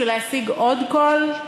בשביל להשיג עוד קול?